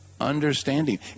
understanding